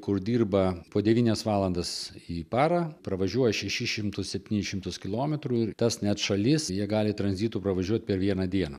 kur dirba po devynias valandas į parą pravažiuoja šešis šimtus septynis šimtus kilometrų ir tas net šalies jie gali tranzitu pravažiuot per vieną dieną